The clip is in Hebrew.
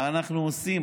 אנחנו עושים.